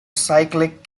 cyclic